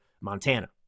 Montana